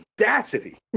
audacity